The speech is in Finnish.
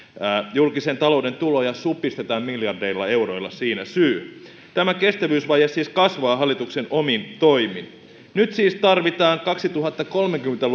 julkisen talouden tuloja supistetaan miljardeilla euroilla siinä syy tämä kestävyysvaje siis kasvaa hallituksen omin toimin nyt siis tarvitaan kaksituhattakolmekymmentä